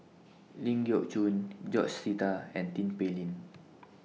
Ling Geok Choon George Sita and Tin Pei Ling